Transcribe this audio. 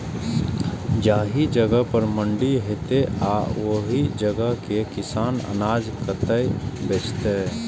जाहि जगह पर मंडी हैते आ ओहि जगह के किसान अनाज कतय बेचते?